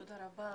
תודה רבה,